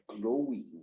glowing